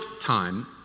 time